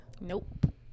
Nope